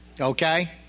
okay